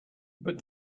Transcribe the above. but